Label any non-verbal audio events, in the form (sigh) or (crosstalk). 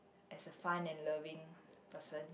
as a fun and loving (breath) person